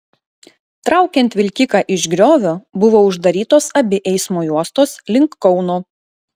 traukiant vilkiką iš griovio buvo uždarytos abi eismo juostos link kauno